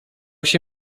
się